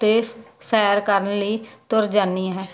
ਤੇ ਸੈਰ ਕਰਨ ਲਈ ਤੁਰ ਜਾਨੀ ਹੈ